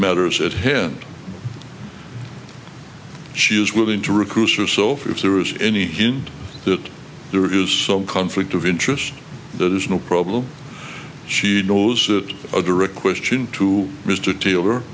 matters at hand she is willing to recuse herself if there is any hint that there is some conflict of interest there's no problem she knows that a direct question to mr taylor